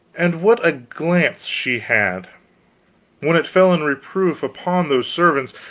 and what a glance she had when it fell in reproof upon those servants,